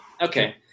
okay